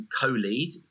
Co-Lead